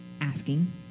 asking